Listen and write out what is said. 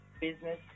Business